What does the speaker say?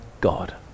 god